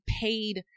paid